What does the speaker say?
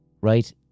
Right